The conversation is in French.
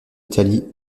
italie